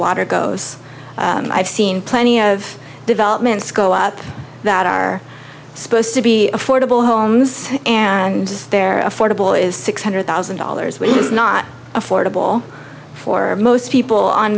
water goes i've seen plenty of developments go up that are supposed to be affordable homes and they're affordable is six hundred thousand dollars which is not affordable for most people on